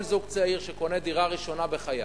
כל זוג צעיר שקונה דירה ראשונה בחייו,